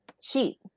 sheet